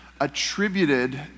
attributed